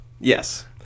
Yes